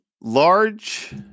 large